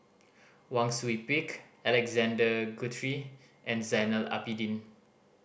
Wang Sui Pick Alexander Guthrie and Zainal Abidin